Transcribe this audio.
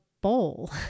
Bowl